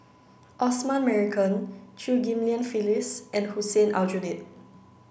Osman Merican Chew Ghim Lian Phyllis and Hussein Aljunied